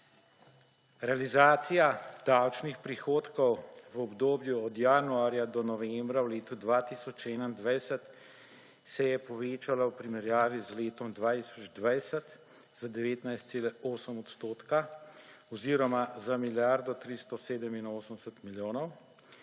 Realizacija davčnih prihodkov v obdobju od januarja do novembra v letu 2021 se je povečala v primerjavi z letom 2020 za 19,8 odstotka oziroma za milijardo 387 milijonov;